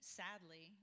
sadly